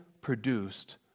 produced